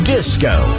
Disco